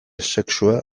sexua